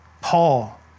Paul